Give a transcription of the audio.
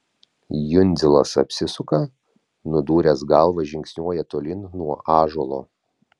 jundzilas apsisuka nudūręs galvą žingsniuoja tolyn nuo ąžuolo